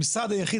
המשרד היחיד,